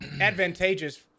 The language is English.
advantageous